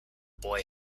boy